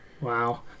Wow